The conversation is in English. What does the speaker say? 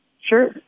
Sure